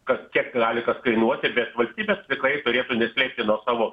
kad kiek gali kas kainuoti bet valstybės tikrai neslėpti nuo savo